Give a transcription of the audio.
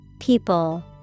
People